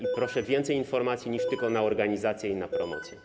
I proszę o więcej informacji niż tylko że na organizację i na promocję.